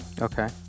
okay